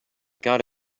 gotta